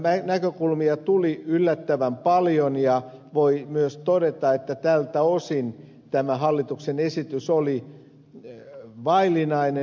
eri näkökulmia tuli esille yllättävän paljon ja voi myös todeta että tältä osin tämä hallituksen esitys on vaillinainen